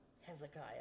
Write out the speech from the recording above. Hezekiah